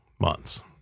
months